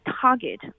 target